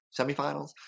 semifinals